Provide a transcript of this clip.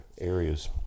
areas